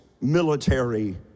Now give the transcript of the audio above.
military